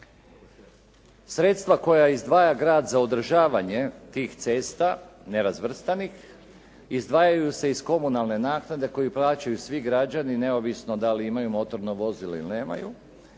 Sredstva koja izdvaja grad za održavanje tih cesta nerazvrstanih izdvajaju se iz komunalne naknade koju plaćaju svi građani neovisno da li imaju motorna vozila ili nemaju